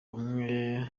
umwe